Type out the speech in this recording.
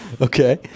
Okay